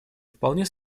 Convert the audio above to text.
вполне